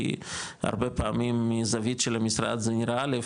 כי הרבה פעמים מזווית של המשרד זה נראה א',